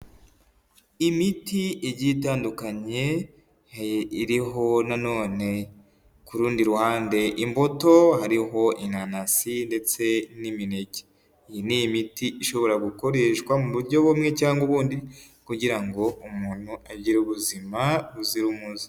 Imiti igiye itandukanye, iriho nanone ku rundi ruhande imbuto, hariho inanasi ndetse n'imineke. Iyi ni imiti ishobora gukoreshwa mu buryo bumwe cyangwa ubundi kugira ngo umuntu agire ubuzima buzira umuze.